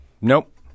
Nope